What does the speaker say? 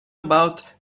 about